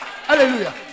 Hallelujah